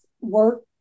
work